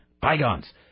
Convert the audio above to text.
bygones